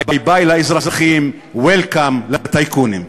ביי ביי לאזרחים, welcome לטייקונים.